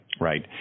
Right